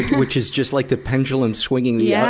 which is just like the pendulum swinging the yeah